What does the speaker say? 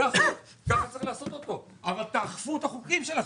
זה החוק וכך צריך לעשות אותו אבל תאכפו את החוקים שלכם.